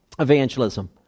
Evangelism